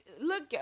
Look